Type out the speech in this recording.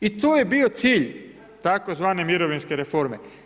I to je bio cilj tzv. mirovinske reforme.